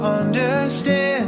understand